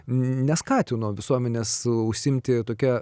neskatino visuomenės užsiimti tokia